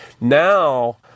now